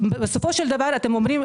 בסופו של דבר אתם אומרים,